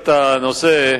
אני מכיר קצת את הנושא,